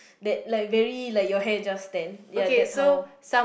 that like very like your hair just stands ya that's how